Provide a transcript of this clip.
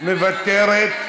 מוותרת,